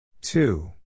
two